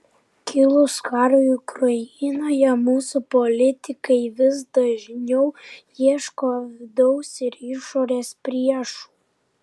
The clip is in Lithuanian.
kilus karui ukrainoje mūsų politikai vis dažniau ieško vidaus ir išorės priešų